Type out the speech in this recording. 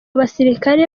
basirikare